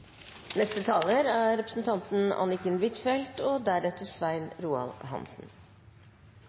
Neste taler er representanten